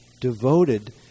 devoted